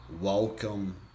Welcome